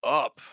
up